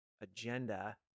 agenda